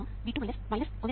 5 V2 4 kilo Ω ആണ്